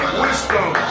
wisdom